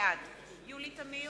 בעד יולי תמיר,